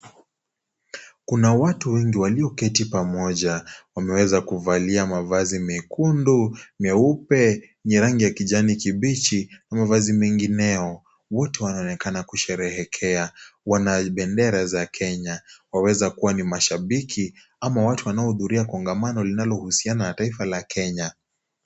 Kuna watu wengi walioketi pamoja, wameweza kuvalia mavazi mekundu, nyeupe yenye rangi ya kibichi na mavazi mengineo, wote wanaonekana kusheherekea, wana bendera za Kenya waweza kuwa ni mashabiki ama watu wanaohudhuria kongamano linalohusiana na taifa la Kenya.